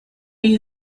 you